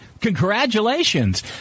Congratulations